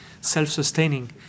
self-sustaining